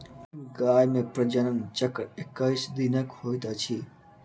गाय मे प्रजनन चक्र एक्कैस दिनक होइत अछि